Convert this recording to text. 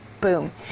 Boom